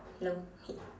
hello okay